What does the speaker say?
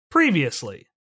Previously